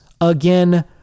again